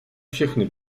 všechny